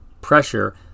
pressure